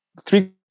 three